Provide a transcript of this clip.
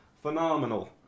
phenomenal